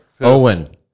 Owen